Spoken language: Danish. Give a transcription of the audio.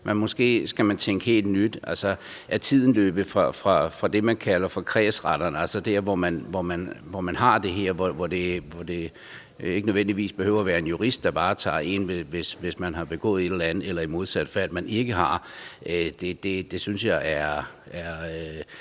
Måske skal man tænke helt nyt. Altså: Er tiden løbet fra det, man kalder for kredsretterne, altså der, hvor man har det her, og hvor det ikke behøver at være en jurist, der varetager ens sag, hvis man har begået et eller andet, eller i modsat fald ikke har? Det synes jeg er